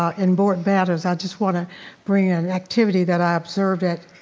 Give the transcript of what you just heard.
um in board batters i just wanna bring an activity that i observed